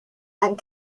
and